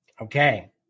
okay